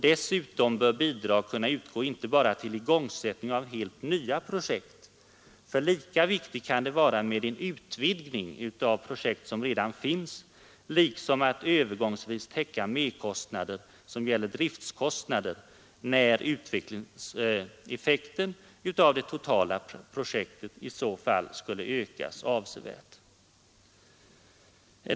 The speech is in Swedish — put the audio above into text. Dessutom bör bidrag kunna utgå inte bara till igångsättning av helt nya projekt, för lika viktigt kan det vara med en utvidgning av projekt, som redan finns, liksom att övergångsvis bevilja tilläggsanslag för driftkostnader när utvecklingseffekten av det totala projektet i så fall skulle ökas avsevärt.